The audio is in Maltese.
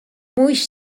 mhuwiex